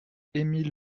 émile